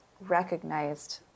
recognized